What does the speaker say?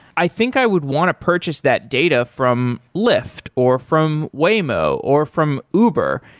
i think i would want to purchase that data from lyft or from waymo or from uber,